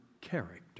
character